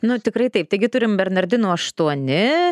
nu tikrai taip taigi turim bernardinų aštuoni